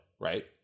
right